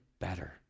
better